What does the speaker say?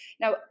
Now